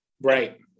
Right